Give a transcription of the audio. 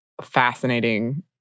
fascinating